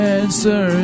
answer